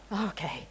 okay